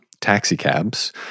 taxicabs